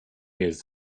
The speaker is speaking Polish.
jest